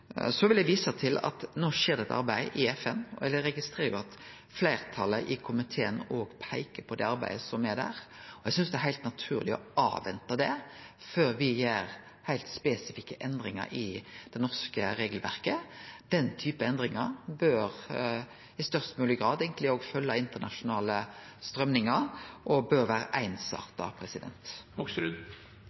Så vil eg vise til at det no skjer eit arbeid i FN. Eg registrerer at òg fleirtalet i komiteen peiker på det arbeidet som skjer der, og eg synest det er naturleg at me avventar det før me gjer heilt spesifikke endringar i det norske regelverket. Den typen endringar bør i størst mogleg grad følgje internasjonale straumdrag, og dei bør vere einsarta.